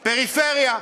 פריפריה.